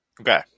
Okay